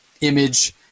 image